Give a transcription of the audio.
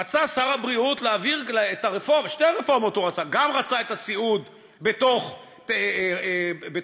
רצה שר הבריאות להעביר שתי רפורמות: הוא גם רצה את הסיעוד בתוך ביטוח